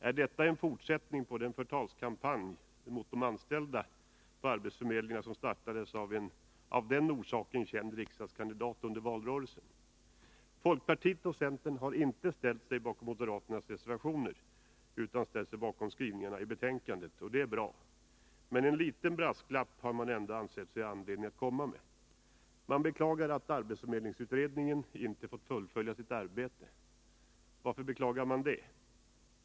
Är detta en fortsättning på den förtalskampanj mot de anställda på arbetsförmedlingarna som startades av en av den orsaken känd riksdagskandidat under valrörelsen? Folkpartiet och centern har inte ställt sig bakom moderaternas reservationer, utan de har ställt sig bakom skrivningarna i betänkandet, och det är bra. Men en liten brasklapp har man ändå ansett sig ha anledning att komma med. Man beklagar att arbetsförmedlingsutredningen inte har fått fullfölja sitt arbete. Varför beklagar man det?